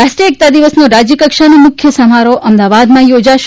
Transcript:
રાષ્ટ્રીય એકતા દિવસનો રાજયકક્ષાનો મુખ્ય સમારોફ અમદાવાદમાં યોજાશે